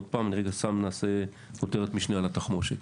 עוד פעם, רגע נעשה כותרת משנה על התחמושת.